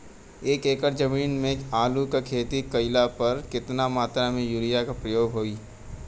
एक एकड़ जमीन में आलू क खेती कइला पर कितना मात्रा में यूरिया क प्रयोग होई?